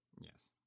yes